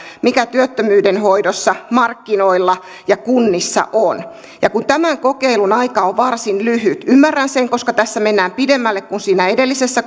mikä työttömyyden hoidossa markkinoilla ja kunnissa on ja kun tämän kokeilun aika on varsin lyhyt ymmärrän sen koska tässä mennään pidemmälle kuin siinä edellisessä